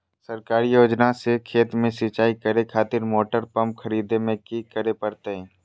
सरकारी योजना से खेत में सिंचाई करे खातिर मोटर पंप खरीदे में की करे परतय?